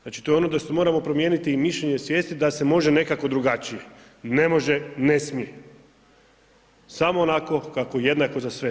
Znači, to je ono da se moramo promijeniti i mišljenje svijesti da se može nekako drugačije, ne može, ne smije, samo onako kako je jednako za sve.